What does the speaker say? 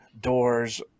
doors